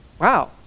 Wow